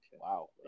Wow